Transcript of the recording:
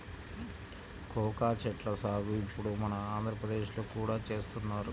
cocoa చెట్ల సాగు ఇప్పుడు మన ఆంధ్రప్రదేశ్ లో కూడా చేస్తున్నారు